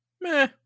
Meh